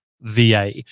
VA